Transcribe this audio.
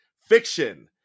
Fiction